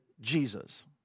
Jesus